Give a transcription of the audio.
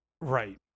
Right